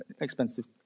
expensive